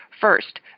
First